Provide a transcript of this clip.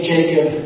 Jacob